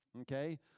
okay